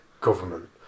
government